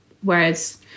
whereas